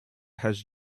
has